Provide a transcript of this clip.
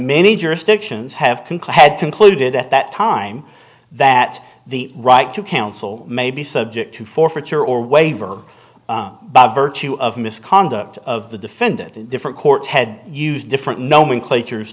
many jurisdictions have concluded concluded at that time that the right to counsel may be subject to forfeiture or waiver by virtue of misconduct of the defendant the different courts had used different nomenclature is